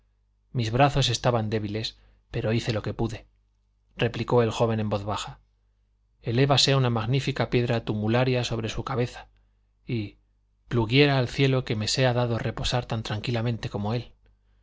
mis brazos estaban débiles pero hice lo que pude replicó el joven en voz baja elévase una magnífica piedra tumularia sobre su cabeza y pluguiera al cielo que me sea dado reposar tan tranquilamente como él